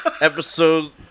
episode